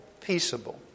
peaceable